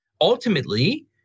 Ultimately